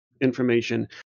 information